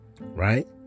right